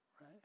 right